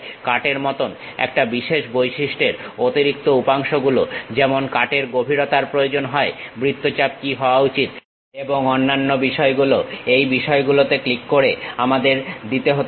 কাট এর মতন একটা বিশেষ বৈশিষ্ট্যের অতিরিক্ত উপাংশগুলো যেমন কাট এর গভীরতার প্রয়োজন হয় বৃত্তচাপ কি হওয়া উচিত এবং অন্যান্য বিকল্পগুলো এই বিষয়গুলোতে ক্লিক করে আমাদের দিতে হতে পারে